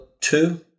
two